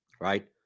right